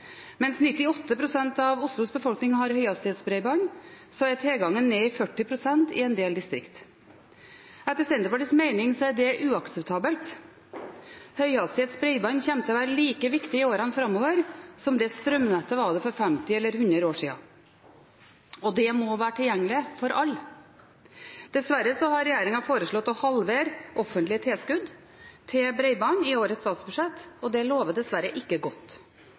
Mens 98 pst. av Oslos befolkning har høyhastighetsbredbånd, er tilgangen nede i 40 pst. i en del distrikt. Etter Senterpartiets mening er det uakseptabelt. Høyhastighetsbredbånd kommer til å være like viktig i årene framover som strømnettet var for 50 eller 100 år siden, og det må være tilgjengelig for alle. Dessverre har regjeringen foreslått å halvere offentlige tilskudd til bredbånd i årets statsbudsjett, og det lover dessverre ikke godt.